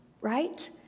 right